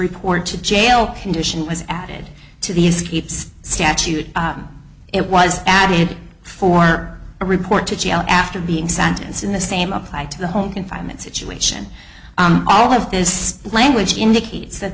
report to jail condition was added to these deeds statute it was added for a report to jail after being sentenced in the same applied to the home confinement situation all of this language indicates that